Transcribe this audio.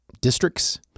districts